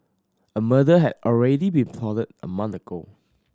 a murder had already been plotted a month ago